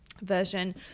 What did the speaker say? version